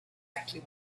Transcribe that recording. exactly